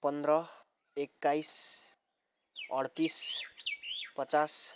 पन्ध्र एक्काइस अड्तिस पचास